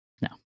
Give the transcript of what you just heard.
no